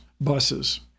buses